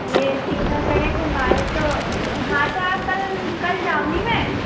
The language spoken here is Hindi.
ये तीनों जगह घुमा दो तो हाँ तो कल कल जाऊँगी मैं